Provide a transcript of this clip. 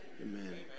Amen